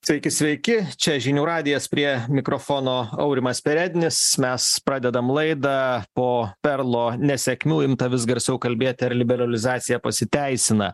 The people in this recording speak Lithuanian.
sveiki sveiki čia žinių radijas prie mikrofono aurimas perednis mes pradedam laidą po perlo nesėkmių imta vis garsiau kalbėti ar liberalizacija pasiteisina